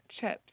chips